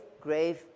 grave